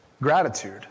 gratitude